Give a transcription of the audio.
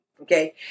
Okay